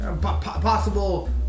possible